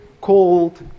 called